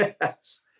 Yes